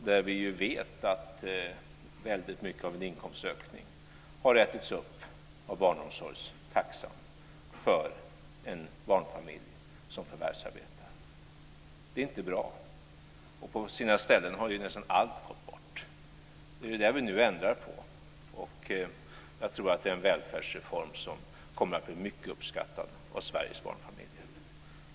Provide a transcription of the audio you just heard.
Vi vet ju att väldigt mycket av en inkomstökning har ätits upp av barnomsorgstaxan för en barnfamilj där man förvärvsarbetar. Det är inte bra. På sina ställen har ju nästan allt gått bort. Detta ändrar vi nu på. Jag tror att det är en välfärdsreform som kommer att bli mycket uppskattad av Sveriges barnfamiljer.